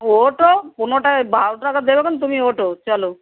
ওটো পনেরোটায় বারো টাকা দেবেন তুমি ওঠো চালো